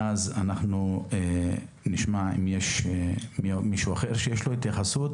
ואז נשמע אם יש התייחסויות נוספות,